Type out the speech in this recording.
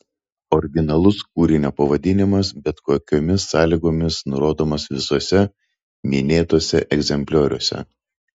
originalus kūrinio pavadinimas bet kokiomis sąlygomis nurodomas visuose minėtuose egzemplioriuose